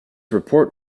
report